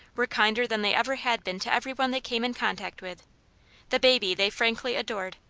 were kinder than they ever had been to everyone they came in contact with the baby they frankly adored.